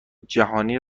جهانی